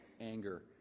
anger